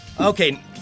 Okay